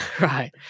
Right